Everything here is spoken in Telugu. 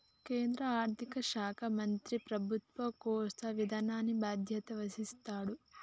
కేంద్ర ఆర్థిక శాఖ మంత్రి ప్రభుత్వ కోశ విధానానికి బాధ్యత వహిస్తాడు